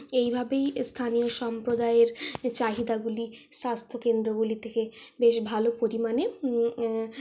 এইভাবেই স্থানীয় সম্প্রদায়ের চাহিদাগুলি স্বাস্থ্য কেন্দ্রগুলি থেকে বেশ ভালো পরিমাণে